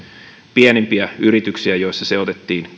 pienimpiä yrityksiä joissa se otettiin